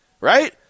right